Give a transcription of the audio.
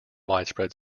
widespread